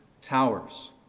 towers